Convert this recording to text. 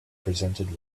presented